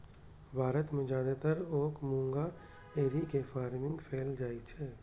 भारत मे जादेतर ओक मूंगा एरी के फार्मिंग कैल जाइ छै